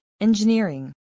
engineering